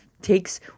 takes